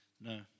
No